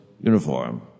uniform